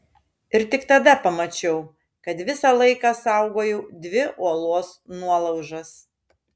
ir tik tada pamačiau kad visą laiką saugojau dvi uolos nuolaužas